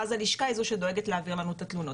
ואז הלשכה היא זו שדואגת להעביר לנו את התלונות.